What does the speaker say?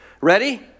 Ready